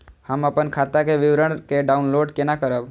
हम अपन खाता के विवरण के डाउनलोड केना करब?